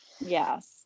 Yes